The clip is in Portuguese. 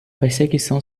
perseguição